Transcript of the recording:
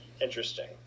interesting